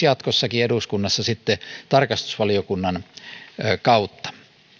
jatkossakin eduskunnassa tarkastusvaliokunnan kautta